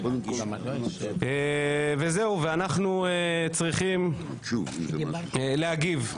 וזהו, אנחנו צריכים להגיב.